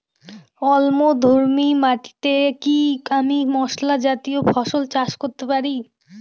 অম্লধর্মী মাটিতে কি আমি মশলা জাতীয় ফসল চাষ করতে পারি?